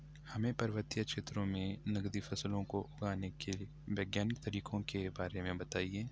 हमें पर्वतीय क्षेत्रों में नगदी फसलों को उगाने के वैज्ञानिक तरीकों के बारे में बताइये?